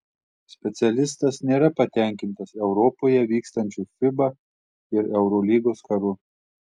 specialistas nėra patenkintas europoje vykstančiu fiba ir eurolygos karu